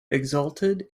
exalted